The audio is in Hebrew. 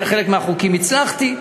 חלק מהחוקים הצלחתי,